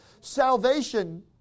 Salvation